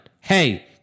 hey